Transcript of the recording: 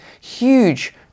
huge